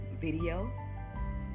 Video